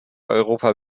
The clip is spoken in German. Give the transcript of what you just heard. europa